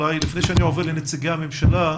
לפני שאני עובר לנציגי הממשלה,